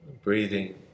Breathing